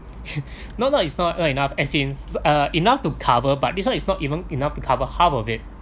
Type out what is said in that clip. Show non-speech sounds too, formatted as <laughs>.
<laughs> no not it's not not enough as is <noise> uh enough to cover but this one is not even enough to cover half of it